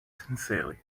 sincerely